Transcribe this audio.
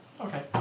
Okay